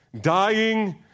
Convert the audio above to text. dying